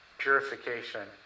purification